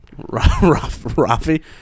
Rafi